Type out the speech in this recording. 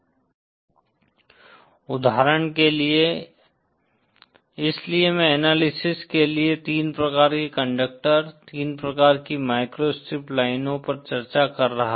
उदाहरण के लिए इसलिए मैं एनालिसिस के लिए तीन प्रकार के कंडक्टर तीन प्रकार की माइक्रोस्ट्रिप लाइनों पर चर्चा कर रहा था